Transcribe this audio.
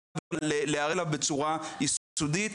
לאלתר, אלא להיערך אליו בצורה יסודית.